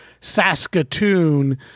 Saskatoon